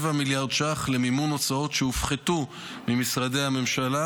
מיליארד ש"ח למימון הוצאות שהופחתו ממשרדי הממשלה